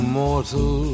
mortal